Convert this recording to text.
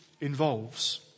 involves